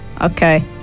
Okay